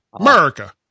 America